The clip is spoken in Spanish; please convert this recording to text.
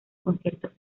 conciertos